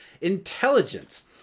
intelligence